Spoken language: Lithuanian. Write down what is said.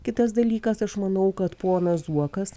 kitas dalykas aš manau kad ponas zuokas